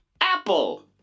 Apple